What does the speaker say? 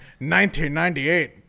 1998